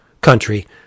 country